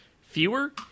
fewer